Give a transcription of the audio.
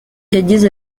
yagize